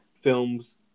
films